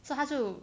so 他就